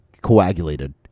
coagulated